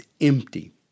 empty